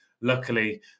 Luckily